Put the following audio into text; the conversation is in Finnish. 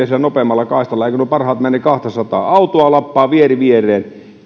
sillä nopeimmalla kaistalla eivätkö nuo parhaat mene kahtasataa autoa lappaa vieri vieressä